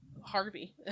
Harvey